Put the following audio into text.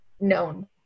known